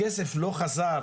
הכסף לא חזר